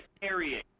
carrying